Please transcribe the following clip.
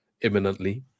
imminently